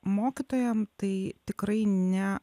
mokytojam tai tikrai ne